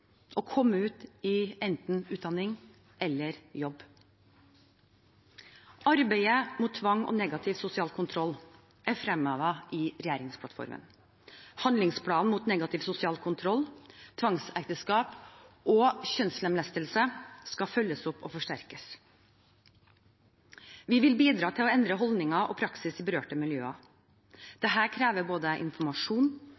komme ut i enten utdanning eller jobb. Arbeidet mot tvang og negativ sosial kontroll er fremhevet i regjeringsplattformen. Handlingsplanen mot negativ sosial kontroll, tvangsekteskap og kjønnslemlestelse skal følges opp og forsterkes. Vi vil bidra til å endre holdninger og praksis i berørte miljøer.